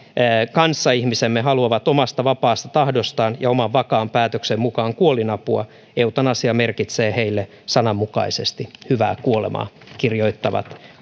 kanssaihmisemme haluavat omasta vapaasta tahdostaan ja oman vakaan päätöksen mukaan kuolinapua eutanasia merkitsee heille sananmukaisesti hyvää kuolemaa näin kirjoittavat